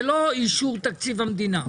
זה לא אישור תקציב המדינה,